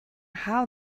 how